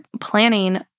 planning